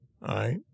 right